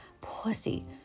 pussy